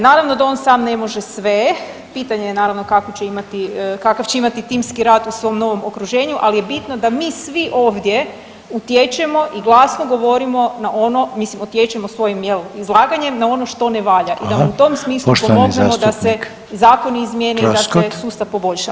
Naravno da on sam ne može sve, pitanje je naravno kakav će imati timski rad u svom novom okruženju, ali je bitno da mi svi ovdje utječemo i glasno govorimo na ono, mislim, utječemo svojim, je l', izlaganjem na ono što ne valja [[Upadica: Hvala.]] i da u tom smislu pomognemo da se [[Upadica: Poštovani zastupnik]] zakoni izmijene i da se [[Upadica: Troskot.]] sustav poboljša.